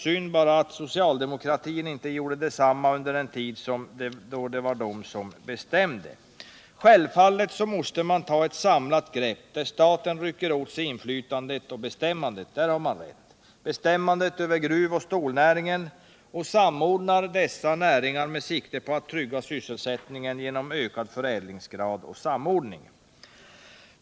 Synd bara att socialdemokraterna inte gjorde detsamma under den tid som de bestämde. Självfallet måste ett samlat grepp tas. Staten måste rycka åt sig inflytandet och bestämmandet över gruvoch stålnäringen och samordna dessa båda näringar med sikte på att trygga sysselsättningen genom ökad förädlingsgrad och samordning.